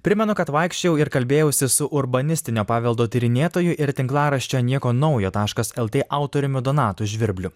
primenu kad vaikščiojau ir kalbėjausi su urbanistinio paveldo tyrinėtoju ir tinklaraščio nieko naujo taškas lt autoriumi donatu žvirbliu